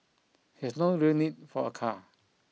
he has no real need for a car